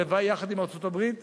והלוואי שיחד עם ארצות-הברית.